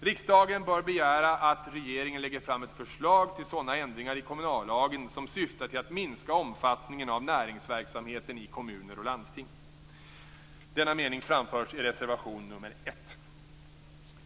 Riksdagen bör begära att regeringen lägger fram ett förslag till sådana ändringar i kommunallagen som syftar till att minska omfattningen av näringsverksamheten i kommuner och landsting. Denna mening framförs i reservation nr 1.